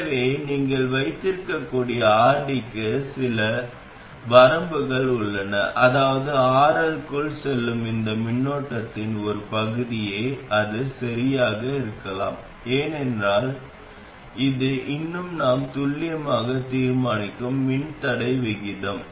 எனவே நீங்கள் வைத்திருக்கக்கூடிய RD க்கு சில வரம்புகள் உள்ளன அதாவது RL க்குள் செல்லும் இந்த மின்னோட்டத்தின் ஒரு பகுதியே அது சரியாக இருக்கலாம் ஏனெனில் இது இன்னும் நாம் துல்லியமாக தீர்மானிக்கும் மின்தடை விகிதம்